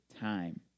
time